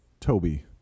Toby